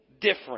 different